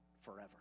forever